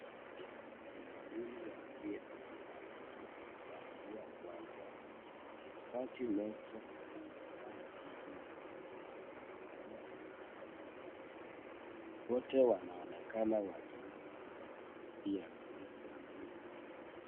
Wachezaji wawili wa mpira wa miguu wakiwa uwanjani mchezaji mmoja amevaa jezi ya blue na mwingine amevaa jezi ya manjano, wote wanaonekana wakiwa katika harakati ya kucheza mpira.